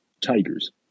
tigers